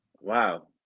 Wow